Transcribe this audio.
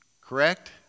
correct